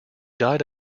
died